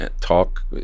talk